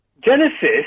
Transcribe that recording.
Genesis